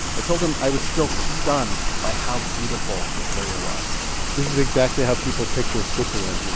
i told him i was still stunned by how beautiful this area was this is exactly how people picture switzerland, you know,